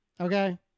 okay